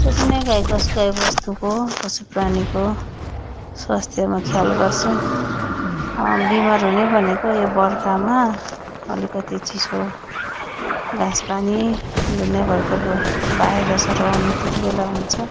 त्यति नै गाईवस्तु गाईवस्तुको पशुप्राणीको स्वास्थ्यमा ख्याल गर्छु विमार हुने भनेको यो बर्खामा अलिकति चिसो घाँंसपानी दुनियाँभरको भाइरसहरू आउने त्यति बेला हुन्छ